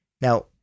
Now